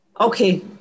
Okay